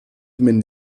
mynd